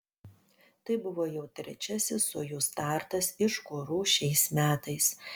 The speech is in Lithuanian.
tai buvo jau trečiasis sojuz startas iš kuru šiais metais